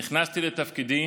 נכנסתי לתפקידי